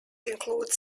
include